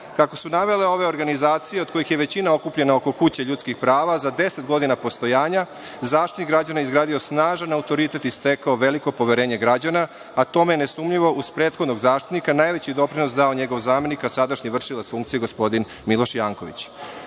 Kako su navele ove organizacije, od kojih je većina okupljena oko kuće ljudskih prava, za 10 godina postojanja Zaštitnik građana je izgradio snažan autoritet i stekao veliko poverenje građana, a tome je nesumnjivo, uz prethodnog Zaštitnika, najveći doprinos dao njegov zamenik, a sadašnji vršilac funkcije, gospodin Miloš Janković. Nasuprot